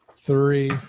three